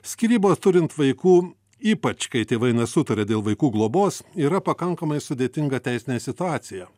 skyrybos turint vaikų ypač kai tėvai nesutaria dėl vaikų globos yra pakankamai sudėtinga teisinė situacija